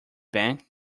bank